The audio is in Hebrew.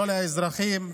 לא לאזרחים,